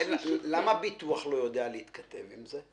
למה הביטוח לא יודע להתכתב עם זה?